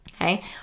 Okay